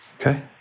Okay